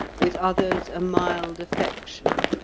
with others a mild affection.